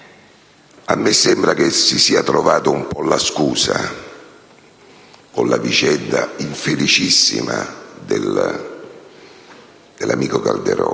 a me sembra che si sia trovata un po' una scusa con la vicenda infelicissima dell'amico Calderoli.